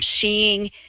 seeing